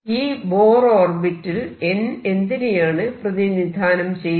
ഈ ബോർ ഓർബിറ്റിൽ n എന്തിനെയാണ് പ്രതിനിധാനം ചെയ്യുന്നത്